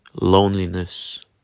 loneliness